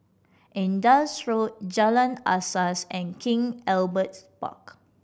Indus Road Jalan Asas and King Albert Park